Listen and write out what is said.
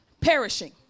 perishing